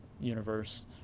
universe